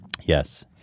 Yes